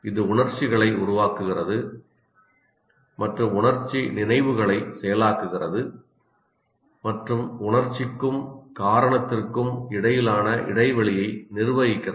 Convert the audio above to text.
இது உணர்ச்சிகளை உருவாக்குகிறது மற்றும் உணர்ச்சி நினைவுகளை செயலாக்குகிறது மற்றும் உணர்ச்சிக்கும் காரணத்திற்கும் இடையிலான இடைவெளியை நிர்வகிக்கிறது